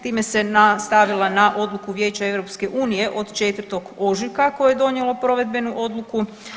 Time se nastavila na odluku Vijeća EU od 4. ožujka koje je donijelo provedbenu odluku.